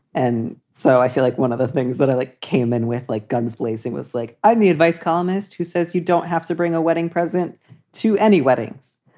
and so i feel like one of the things that i like came in with, like guns blazing was like, i'm the advice columnist who says you don't have to bring a wedding present to any weddings,